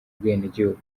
ubwenegihugu